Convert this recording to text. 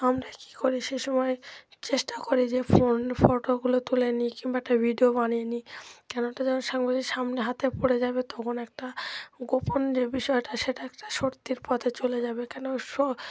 আমরা কী করি সে সময় চেষ্টা করি যে ফোন ফটোগুলো তুলে নিই কিংবা একটা ভিডিও বানিয়ে নিই কেন একটা যমন যে সামনে হাতে পড়ে যাবে তখন একটা গোপন যে বিষয়টা সেটা একটা সত্যির পথে চলে যাবে কেন স